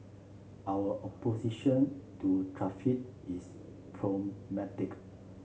our opposition to is pragmatic